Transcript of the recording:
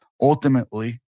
Ultimately